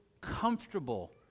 comfortable